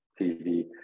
TV